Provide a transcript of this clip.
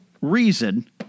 reason